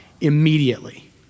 immediately